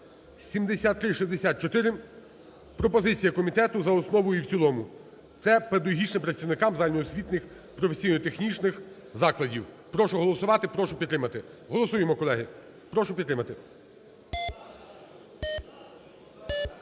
7364. Пропозиція комітету за основу і в цілому. Це педагогічним працівникам загальноосвітніх, професійно-технічних закладів. Прошу голосувати, прошу підтримати. Голосуємо, колеги, прошу підтримати.